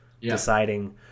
Deciding